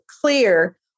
clear